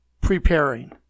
Preparing